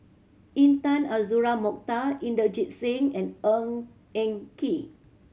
Intan Azura Mokhtar Inderjit Singh and Ng Eng Kee